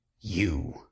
You